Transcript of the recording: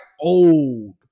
old